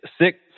six